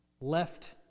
left